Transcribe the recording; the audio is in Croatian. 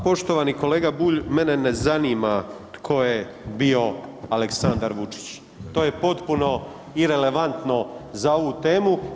Poštovani kolega Bulj, mene ne zanima tko je bio Aleksandar Vučić, to je potpuno irelevantno za ovu temu.